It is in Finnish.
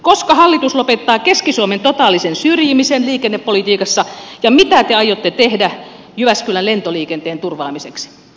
koska hallitus lopettaa keski suomen totaalisen syrjimisen liikennepolitiikassa ja mitä te aiotte tehdä jyväskylän lentoliikenteen turvaamiseksi